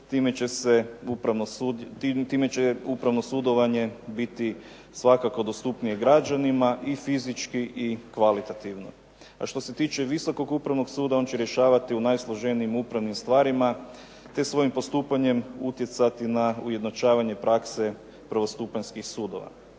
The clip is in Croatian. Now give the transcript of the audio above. Time će upravno sudovanje biti svakako dostupnije građanima i fizički i kvalitativno. Što se tiče Visokog upravnog suda on će rješavati u najsloženijim upravnim stvarima te svojim postupanjem utjecati na ujednačavanje prakse prvostupanjskih sudova.